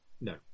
No